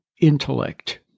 intellect